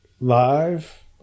live